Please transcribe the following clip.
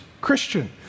Christian